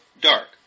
dark